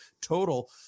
total